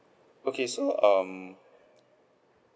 okay so um